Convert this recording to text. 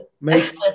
make